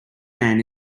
man